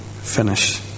finish